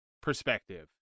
perspective